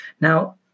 Now